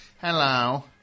Hello